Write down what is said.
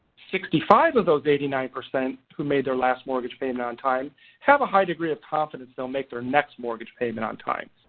sixty-five of those eighty nine percent who made their last mortgage payment on time have a high degree of confidence they'll make their next mortgage payment on time.